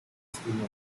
estudiando